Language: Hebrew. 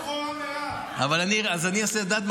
את יודעת מה,